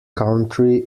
country